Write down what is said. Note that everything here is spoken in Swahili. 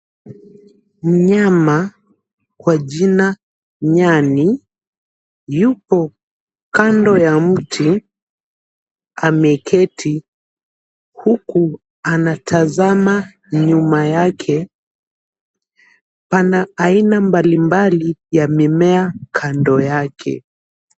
Mnyama kwa jina nyani, yupo kando ya mti ameketi huku anatazama nyuma yake. Pana aina mbalimbali ya mimea kando yake.